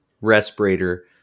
respirator